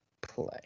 play